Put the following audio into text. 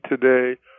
today